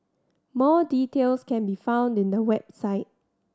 more details can be found in the website